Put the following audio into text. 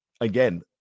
Again